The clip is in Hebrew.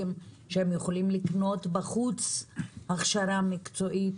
שאיתם הם יכולים לקנות בחוץ הכשרה מקצועית?